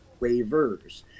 waivers